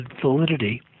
validity